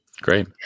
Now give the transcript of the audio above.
Great